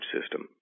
system